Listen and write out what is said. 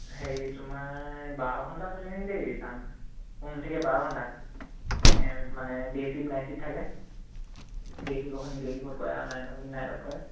হেৰি তোমাৰ বাৰ ঘণ্টা চলেনি দেই কাম ঠিকে বাৰ ঘণ্টা মানে ডে ছিফ্ট নাইট ছিফ্ট থাকে ডে ছিফ্টৰখিনি ডে ছিফ্টত কৰে আৰু নাইটৰখিনি নাইটত কৰে